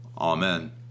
amen